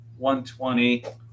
120